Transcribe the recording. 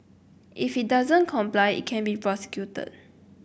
if it doesn't comply it can be prosecuted